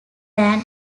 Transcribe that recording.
than